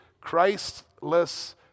Christless